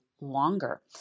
longer